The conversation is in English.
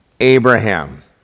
Abraham